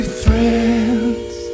friends